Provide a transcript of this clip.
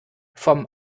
vom